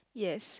yes